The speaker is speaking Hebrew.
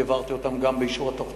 העברתי את הדברים האלה גם באישור התוכניות